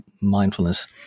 mindfulness